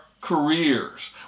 careers